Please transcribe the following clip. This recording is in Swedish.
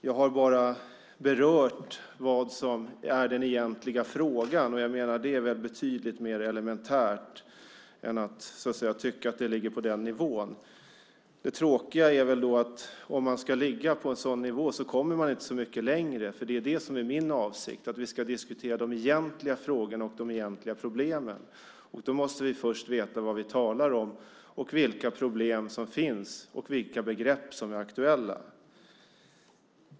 Jag har bara berört vad som är den egentliga frågan, och det är betydligt mer elementärt än att tycka att det ligger på den nivån. Det tråkiga är väl att om man ska ligga på en sådan nivå kommer man inte så mycket längre. Det är min avsikt att vi ska diskutera de egentliga frågorna och de egentliga problemen. Då måste vi först veta vad vi talar om, vilka problem som finns och vilka begrepp som är aktuella.